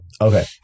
Okay